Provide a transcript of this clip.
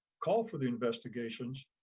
call for the investigations.